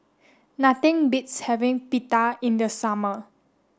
nothing beats having Pita in the summer